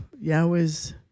Yahweh's